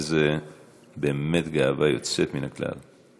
שזו באמת גאווה יוצאת מן הכלל.